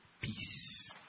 peace